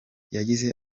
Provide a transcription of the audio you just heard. yagize